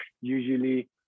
usually